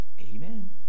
Amen